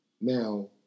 Now